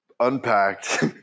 Unpacked